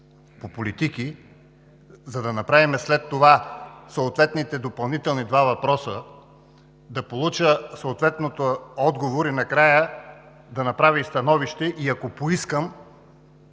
по политики, за да задам след това съответните допълнителни два въпроса, да получа съответния отговор и накрая да изразя становище; и ако поискам,